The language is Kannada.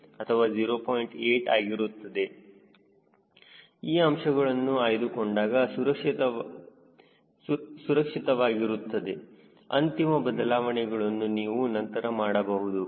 8 ಆಗಿರುತ್ತದೆ ಈ ಅಂಶಗಳನ್ನು ಆಯ್ದುಕೊಂಡಾಗ ಸುರಕ್ಷಿತವಾಗಿರುತ್ತದೆ ಅಂತಿಮ ಬದಲಾವಣೆಗಳನ್ನು ನೀವು ನಂತರ ಮಾಡಬಹುದು